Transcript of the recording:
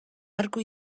arku